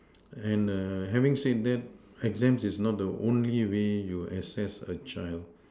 and err having said that exams is not the only way you assess a child